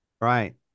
right